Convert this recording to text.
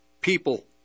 people